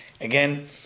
again